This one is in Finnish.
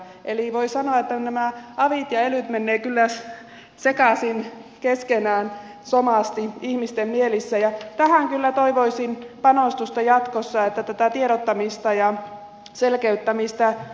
eli voi sanoa että nämä avit ja elyt menevät kyllä somasti sekaisin keskenään ihmisten mielissä ja tähän kyllä toivoisin panostusta jatkossa että tätä tiedottamista ja selkeyttämistä tulisi